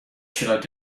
should